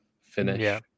finish